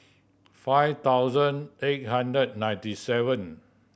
five thousand eight hundred ninety seven